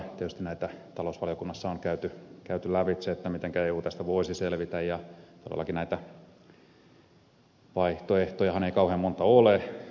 tietysti näitä talousvaliokunnassa on käyty lävitse mitenkä eu tästä voisi selvitä ja todellakaan näitä vaihtoehtojahan ei kauhean monta ole